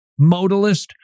modalist